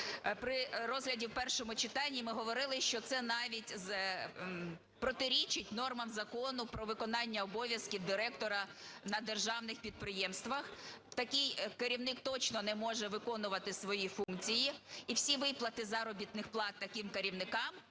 При розгляді в першому читанні ми говорили, що це навіть протирічить нормам закону про виконання обов'язків директора на державних підприємствах. Такий керівник точно не може виконувати свої функції і всі виплати заробітних плат таким керівникам